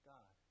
God